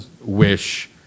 wish